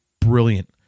brilliant